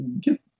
get